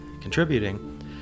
contributing